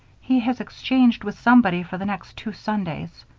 he has exchanged with somebody for the next two sundays.